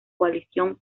coalición